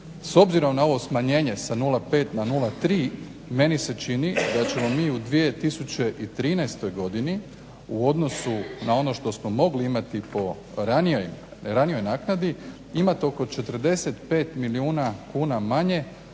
s obzirom na ovo smanjenje sa 0,5 na 0,3 meni se čini da ćemo mi u 2013. godini u odnosu na ono što smo mogli imati po ranijoj naknadi imate oko 45 milijuna kuna manje